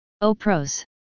O-Pros